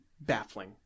baffling